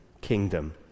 kingdom